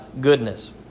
goodness